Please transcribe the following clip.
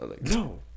No